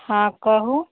हँ कहू